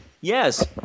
Yes